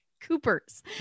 Cooper's